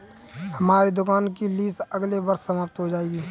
हमारी दुकान की लीस अगले वर्ष समाप्त हो जाएगी